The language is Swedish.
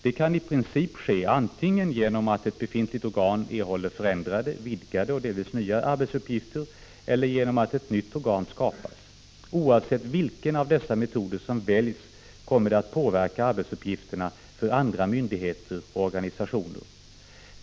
Det kan i princip ske antingen genom att ett befintligt organ erhåller förändrade, vidgade och delvis nya arbetsuppgifter eller genom att ett nytt organ skapas. Oavsett vilken av dessa metoder som väljs kommer det att påverka arbetsuppgifterna för andra myndigheter och organisationer.